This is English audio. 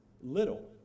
little